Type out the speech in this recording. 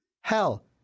Hell